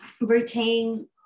routine